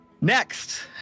Next